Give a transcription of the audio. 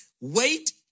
wait